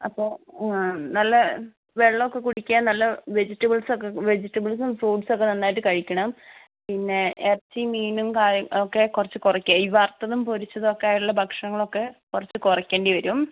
അപ്പോൾ നല്ല വെള്ളം ഒക്കെ കുടിക്കുക നല്ല വെജിറ്റബിൾസ് ഒക്കെ വെജിറ്റബിൾസും ഫ്രൂട്ട്സ് ഒക്കെ നന്നായിട്ട് കഴിക്കണം പിന്നെ ഇറച്ചി മീനും കാര്യം ഒക്കെ കുറച്ച് കുറയ്ക്കുക പിന്നെ ഈ വറുത്തതും പൊരിച്ചതും ആയുള്ള ഭക്ഷണങ്ങളൊക്കെ കുറച്ച് കുറയ്ക്കേണ്ടി വരും